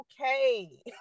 okay